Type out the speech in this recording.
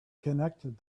connected